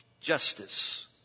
Justice